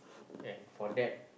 ya for that